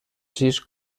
sis